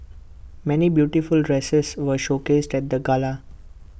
many beautiful dresses were showcased at the gala